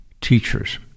teachers